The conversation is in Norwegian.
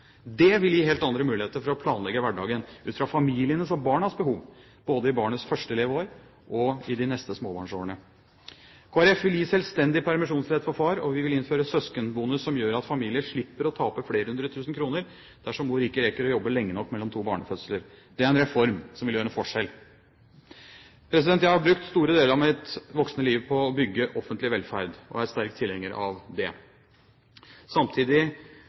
Det vil gi helt andre muligheter for å planlegge hverdagen ut fra familienes og barnas behov, både i barnets første leveår og i de neste småbarnsårene. Kristelig Folkeparti vil gi selvstendig permisjonsrett for far, og vi vil innføre søskenbonus, som gjør at familier slipper å tape flere hundre tusen kroner dersom mor ikke rekker å jobbe lenge nok mellom to barnefødsler. Det er en reform som vil gjøre en forskjell. Jeg har brukt store deler av mitt voksne liv på å bygge offentlig velferd, og er sterk tilhenger av det. Samtidig